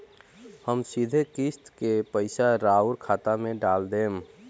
हम सीधे किस्त के पइसा राउर खाता में डाल देम?